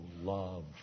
love